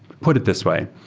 put it this way,